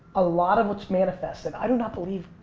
a lot of what's manifest, and i do not believe